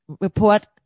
report